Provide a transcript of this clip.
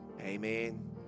amen